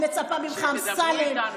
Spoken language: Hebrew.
שתדברו איתנו, שתדברו איתנו.